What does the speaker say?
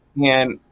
and